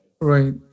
right